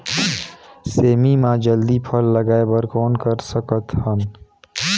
सेमी म जल्दी फल लगाय बर कौन कर सकत हन?